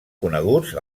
coneguts